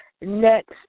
next